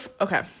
okay